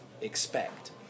expect